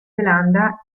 zelanda